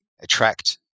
attract